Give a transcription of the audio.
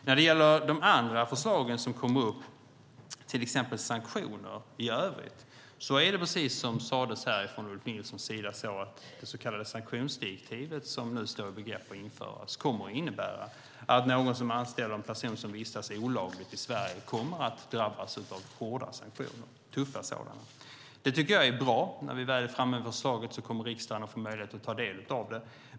När det gäller de andra förslag som kom upp, till exempel sanktioner i övrigt, är det precis så, som sades från Ulf Nilssons sida här, att det så kallade sanktionsdirektivet som vi nu står i begrepp att införa innebär att någon som anställer en person som vistas olagligt i Sverige kommer att drabbas av hårda, tuffa sanktioner. Jag tycker att det är bra. När vi väl är framme med förslaget kommer riksdagen att få möjlighet att ta del av det.